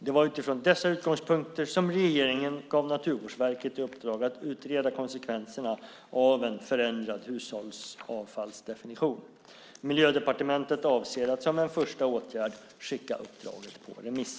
Det var utifrån dessa utgångspunkter som regeringen gav Naturvårdsverket i uppdrag att utreda konsekvenserna av en förändrad hushållsavfallsdefinition. Miljödepartementet avser att som en första åtgärd skicka uppdraget på remiss.